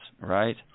right